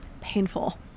Painful